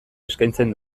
eskaintzen